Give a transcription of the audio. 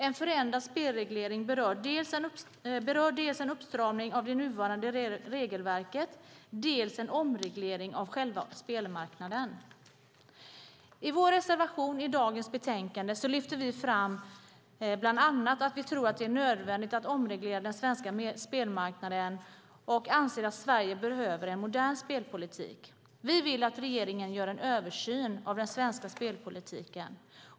En förändrad spelreglering berör dels en uppstramning av det nuvarande regelverket, dels en omreglering av själva spelmarknaden. I vår reservation i dagens betänkande lyfter vi bland annat fram att vi tror att det är nödvändigt att omreglera den svenska spelmarknaden och anser att Sverige behöver en modern spelpolitik. Vi vill att regeringen gör en översyn av den svenska spelpolitiken.